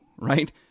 right